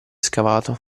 scavato